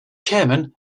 chairman